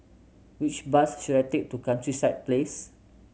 which bus should I take to Countryside Place